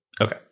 okay